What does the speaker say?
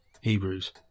Hebrews